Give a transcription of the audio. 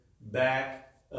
back